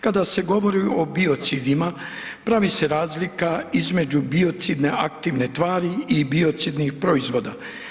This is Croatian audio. Kada se govori o biocidima pravi se razlika između biocidne aktivne tvari i biocidnih proizvoda.